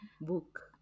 book